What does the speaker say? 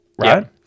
Right